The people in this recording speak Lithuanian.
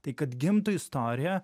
tai kad gimtų istorija